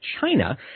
China